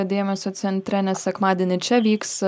dėmesio centre nes sekmadienį čia vyks